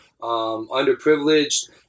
underprivileged